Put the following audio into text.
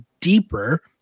deeper